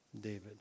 David